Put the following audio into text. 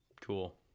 Cool